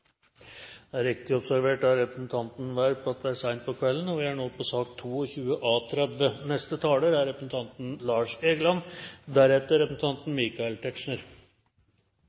Det er riktig observert av representanten Werp at det er sent på kvelden. Vi er nå på sak nr. 22 av 30. Det er